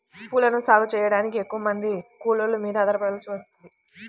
పూలను సాగు చెయ్యడానికి ఎక్కువమంది కూలోళ్ళ మీద ఆధారపడాల్సి వత్తది